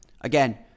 again